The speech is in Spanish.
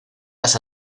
las